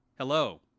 Hello